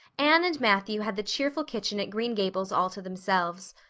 anne and matthew had the cheerful kitchen at green gables all to themselves.